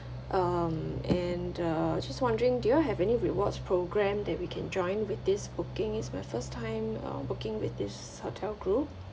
um and uh just wondering do you all have any rewards programme that we can join with this booking is my first time uh booking with this hotel group